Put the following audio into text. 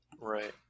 Right